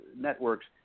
networks